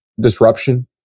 disruption